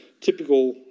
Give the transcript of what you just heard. typical